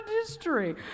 history